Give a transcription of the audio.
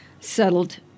settled